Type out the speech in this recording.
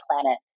planet